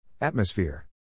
Atmosphere